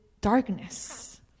darkness